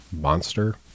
monster